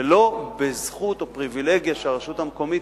ולא בזכות או בפריווילגיה שהרשות המקומית